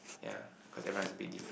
yeah cause everyone is a bit different so